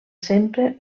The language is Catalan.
sempre